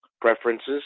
preferences